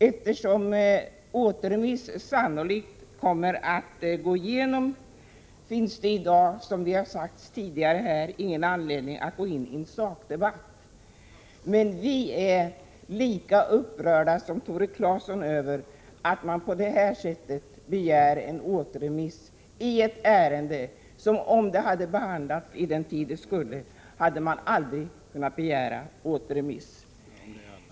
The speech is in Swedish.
Eftersom återremissyrkandet sannolikt kommer att gå igenom finns det i dag, som tidigare sagts, ingen anledning att gå in i en sakdebatt. Vi socialdemokrater är lika upprörda som Tore Claeson över att de borgerliga på detta sätt begär en återremiss av ett ärende som de, om det hade behandlats vid den först utsatta tiden, aldrig hade kunnat begära återremiss av.